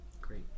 great